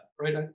right